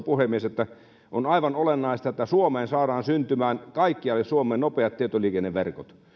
puhemies on aivan olennaista että kaikkialle suomeen saadaan syntymään nopeat tietoliikenneverkot